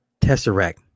Tesseract